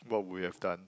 what we have done